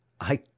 I